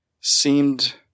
seemed